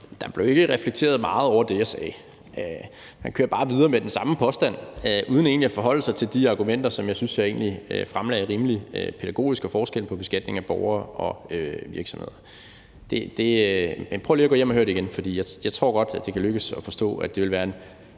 Der blev ikke reflekteret meget over det, jeg sagde. Man kører bare videre med den samme påstand uden at forholde sig til de argumenter, som jeg egentlig synes jeg fremlagde rimelig pædagogisk, om forskellen på beskatning af borgere og virksomheder. Men prøv lige at gå hjem at høre det igen, for jeg tror godt, det kan lykkes at forstå, at det ville være en